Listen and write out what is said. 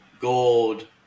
gold